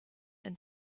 ein